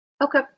Okay